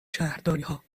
شهرداریها